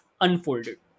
unfolded